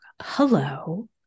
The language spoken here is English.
Hello